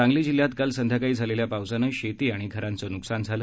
सांगली जिल्ह्यात काल सायंकाळी झालेल्या पावसानं शेती आणि घरांचं नुकसान झालं